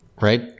right